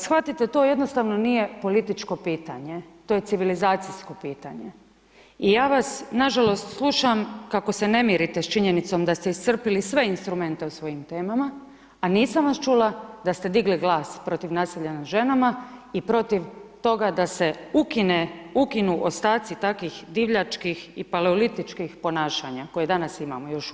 Shvatite to, jednostavno nije političko pitanje, to je civilizacijsko pitanje. i ja vas nažalost slušam kako se ne mirite s činjenicom da ste iscrpili sve instrumente o svojim temama a nisam vas čula da ste digli glas protiv nasilja nad ženama i protiv toga da se ukinu ostaci takvih divljačkih i paleolitičkih ponašanja koje danas imamo još uvijek.